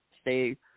stay